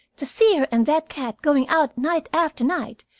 to see her and that cat going out night after night,